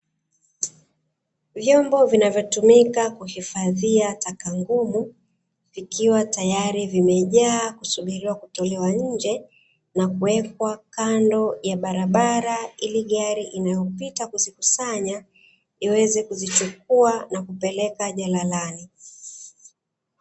vyombo vinavyotumika kuhifadhia taka ngumu, vikiwa tayari vimejaa na kuwekwa nje ili gari inayopita kuzikusanya iweze kuzichukua na kuzipeleka jalalani.